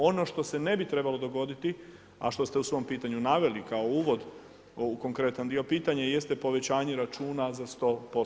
Ono što se ne bi trebalo dogoditi a što ste u svom pitanju naveli kao uvod, konkretan dio pitanja, jeste povećanje računa za 100%